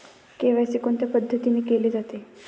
KYC कोणत्या पद्धतीने केले जाते?